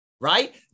right